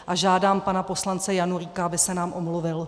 A žádám pana poslance Janulíka, aby se nám omluvil.